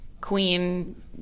Queen